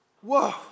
whoa